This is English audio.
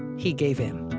he gave in